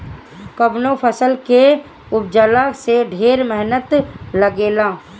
कवनो फसल के उपजला में ढेर मेहनत लागेला